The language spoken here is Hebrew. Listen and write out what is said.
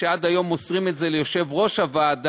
שעד היום מוסרים את זה ליושב-ראש הוועדה,